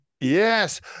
Yes